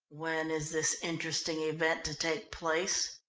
when is this interesting event to take place?